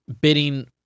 bidding